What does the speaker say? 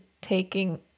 taking